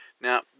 Now